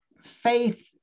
faith